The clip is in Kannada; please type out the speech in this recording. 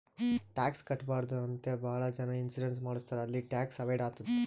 ಟ್ಯಾಕ್ಸ್ ಕಟ್ಬಾರ್ದು ಅಂತೆ ಭಾಳ ಜನ ಇನ್ಸೂರೆನ್ಸ್ ಮಾಡುಸ್ತಾರ್ ಅಲ್ಲಿ ಟ್ಯಾಕ್ಸ್ ಅವೈಡ್ ಆತ್ತುದ್